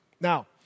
Now